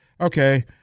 okay